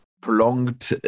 prolonged